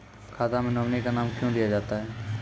खाता मे नोमिनी का नाम क्यो दिया जाता हैं?